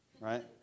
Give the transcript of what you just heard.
right